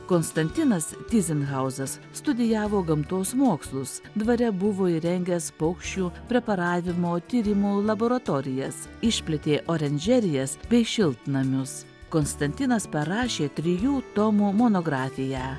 konstantinas tyzenhauzas studijavo gamtos mokslus dvare buvo įrengęs paukščių preparavimo tyrimų laboratorijas išplėtė oranžerijas bei šiltnamius konstantinas parašė trijų tomų monografiją